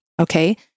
Okay